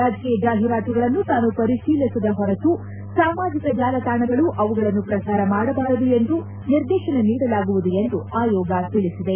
ರಾಜಕೀಯ ಜಾಹೀರಾತುಗಳನ್ನು ತಾನು ಪರಿತೀಲಿಸದ ಹೊರತು ಸಾಮಾಜಿಕ ಜಾಲತಾಣಗಳು ಅವುಗಳನ್ನು ಪ್ರಡಾರ ಮಾಡಬಾರದು ಎಂದು ನಿರ್ದೇತನ ನೀಡಲಾಗುವುದು ಎಂದು ಆಯೋಗ ತಿಳಿಸಿದೆ